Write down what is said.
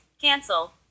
Cancel